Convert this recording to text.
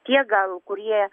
tie gal kurie